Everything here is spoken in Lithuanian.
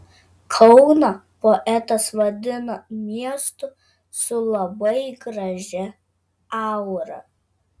kauną poetas vadina miestu su labai gražia aura